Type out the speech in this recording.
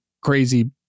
crazy